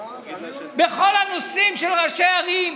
בכל הנושאים של ראשי ערים,